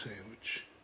sandwich